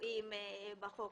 שקבועים בחוק,